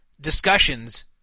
discussions